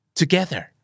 together